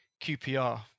QPR